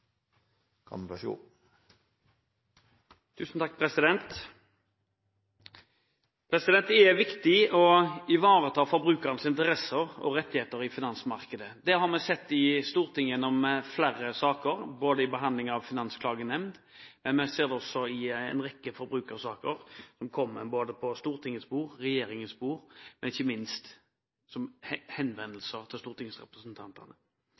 viktig å ivareta forbrukernes interesser og rettigheter i finansmarkedet. Det har vi sett i Stortinget gjennom flere saker: under behandling av finansklagenemnd, i en rekke forbrukersaker som kommer på både Stortingets bord og regjeringens bord, og ikke minst som